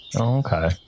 Okay